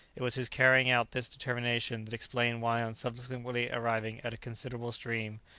it was his carrying out this determination that explained why on subsequently arriving at a considerable stream,